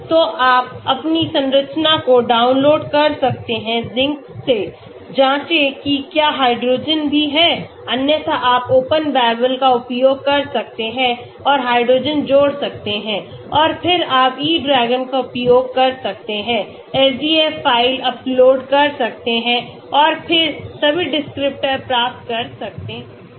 तो आप अपनी संरचना को डाउनलोड कर सकते हैं Zinc से जांचें कि क्या हाइड्रोजेन भी हैं अन्यथा आप Open Babelका उपयोग कर सकते हैं और हाइड्रोजन जोड़ सकते हैं और फिर आप E DRAGON का उपयोग कर सकते हैंSDF फाइल अपलोड कर सकते हैं और फिर सभी डिस्क्रिप्टर प्राप्त कर सकते हैं